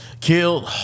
killed